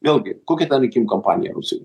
vėlgi kokia ta rinkimų kampanija rusijoj